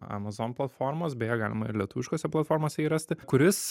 amazon platformos beje galima ir lietuviškose platformose jį rasti kuris